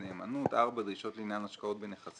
אנחנו צריכים לחשוב על הנקודה הזאת כיוון שבאופן